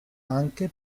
anche